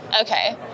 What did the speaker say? Okay